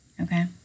Okay